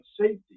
safety